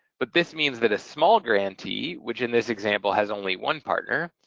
but this means that a small grantee, which in this example has only one partner,